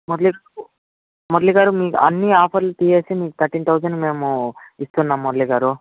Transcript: మురళి మురళి గారు మీకు అన్ని ఆఫర్లు తీసేసే థర్టీన్ థౌసంద్ మేము ఇస్తున్నాము మురళి గారు